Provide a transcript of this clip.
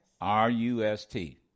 R-U-S-T